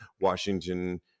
Washington